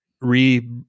re